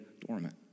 dormant